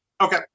Okay